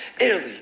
Italy